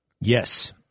Yes